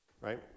right